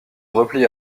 replie